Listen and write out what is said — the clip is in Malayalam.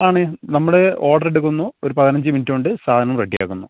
ആണ് നമ്മൾ ഓർഡർ എടുക്കുന്നു ഒരു പതിനഞ്ച് മിനുട്ട് കൊണ്ട് സാധനം റെഡി ആക്കുന്നു